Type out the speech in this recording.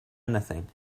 anything